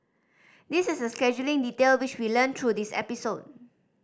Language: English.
this is a scheduling detail which we learnt through this episode